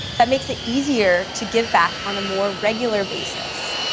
that makes it easier to give back on a more regular basis.